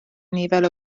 nifer